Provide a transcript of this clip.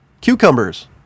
cucumbers